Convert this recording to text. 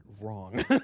wrong